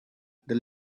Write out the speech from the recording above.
the